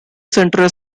center